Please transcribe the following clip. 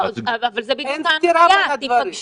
אין סתירה בין הדברים.